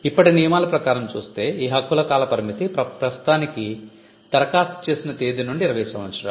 ఇప్పటి నియమాల ప్రకారం చూస్తే ఈ హక్కుల కాల పరిమితి ప్రస్తుతానికి ధరఖాస్తు చేసిన తేదీ నుండి 20 సంవత్సరాలు